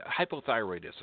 hypothyroidism